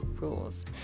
rules